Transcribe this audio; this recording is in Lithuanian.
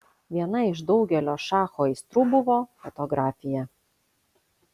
viena iš daugelio šacho aistrų buvo fotografija